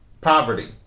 poverty